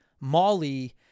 Molly